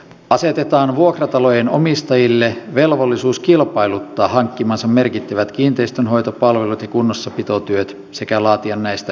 asetetaan vuokratalojen omistajille velvollisuus kilpailuttaa hankkimansa merkittävät kiinteistönhoitopalvelut ja kunnossapitotyöt sekä laatia näistä jälkilaskelmat